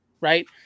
right